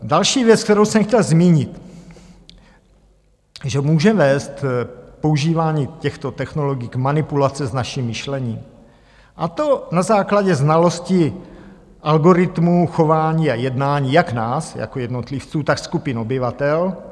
Další věc, kterou jsem chtěl zmínit, že může vést používání těchto technologií k manipulaci s naším myšlením, a to na základě znalosti algoritmu chování a jednání, jak nás jako jednotlivců, tak skupin obyvatel.